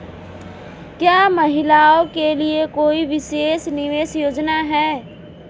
क्या महिलाओं के लिए कोई विशेष निवेश योजना है?